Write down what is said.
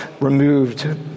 removed